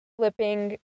flipping